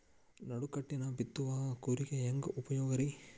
ನಡುಕಟ್ಟಿನ ಬಿತ್ತುವ ಕೂರಿಗೆ ಹೆಂಗ್ ಉಪಯೋಗ ರಿ?